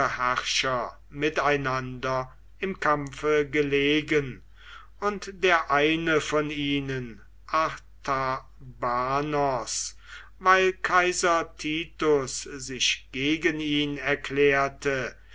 miteinander im kampfe gelegen und der eine von ihnen artabanos weil kaiser titus sich gegen ihn erklärte